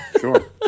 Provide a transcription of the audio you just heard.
Sure